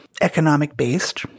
economic-based